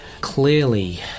clearly